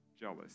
jealous